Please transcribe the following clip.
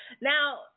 Now